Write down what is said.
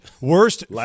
worst